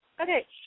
Okay